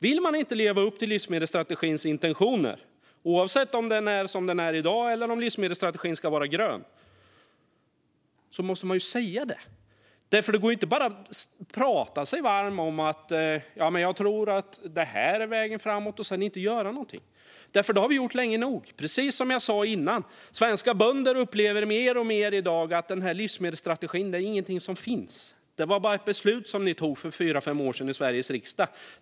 Vill man inte leva upp till livsmedelsstrategins intentioner, oavsett om den är som den är i dag eller om livsmedelsstrategin ska vara grön, då måste man säga det. Det går inte att prata sig varm om att man tror att det här är vägen framåt och sedan inte göra någonting. Så har vi gjort länge nog. Precis som jag sa innan upplever svenska bönder mer och mer att livsmedelsstrategin är någonting som inte finns. Det var bara ett beslut som vi tog för fyra fem år sedan i Sveriges riksdag.